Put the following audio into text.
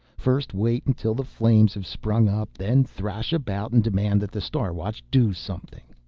first wait until the flames have sprung up, then thrash about and demand that the star watch do something!